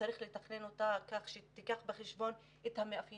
צריך לתכנן אותה כך שתיקח בחשבון את המאפיינים